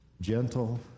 gentle